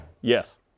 Yes